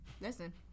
Listen